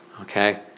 okay